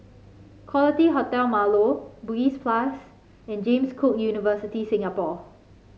Quality Hotel Marlow Bugis Plus and James Cook University Singapore